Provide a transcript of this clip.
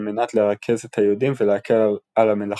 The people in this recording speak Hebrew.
מנת לרכז את היהודים ולהקל על המלאכה.